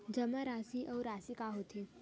जमा राशि अउ राशि का होथे?